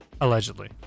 Allegedly